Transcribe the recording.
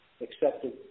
Accepted